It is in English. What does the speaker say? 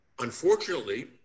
Unfortunately